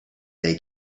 they